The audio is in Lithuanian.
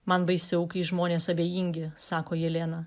man baisiau kai žmonės abejingi sako jelena